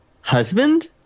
Husband